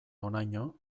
honaino